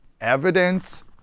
evidence